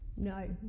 No